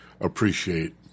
appreciate